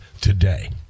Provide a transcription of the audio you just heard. today